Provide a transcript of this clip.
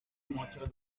dix